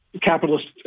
capitalist